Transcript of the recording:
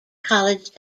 college